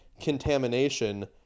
Contamination